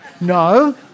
No